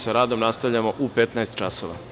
Sa radom nastavljamo u 15.00 časova.